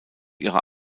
ihrer